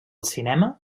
cinema